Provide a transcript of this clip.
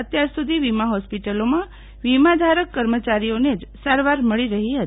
અત્યાર સુધી વીમા હોસ્પિટલોમા વીમાધારક કર્મચારીઓને જ સારવાર મળી રહી હતી